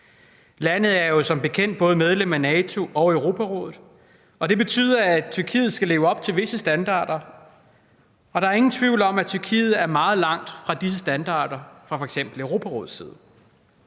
Landet er jo som bekendt både medlem af NATO og Europarådet, og det betyder, at Tyrkiet skal leve op til visse standarder. Der er ingen tvivl om, at Tyrkiet er meget langt fra disse standarder fra f.eks. Europarådets side.